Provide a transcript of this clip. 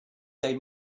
they